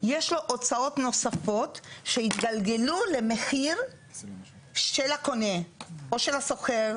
יש לו הוצאות נוספות שהתגלגלו למחיר של הקונה או של השוכר.